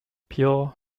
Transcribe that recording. pure